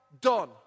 done